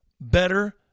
better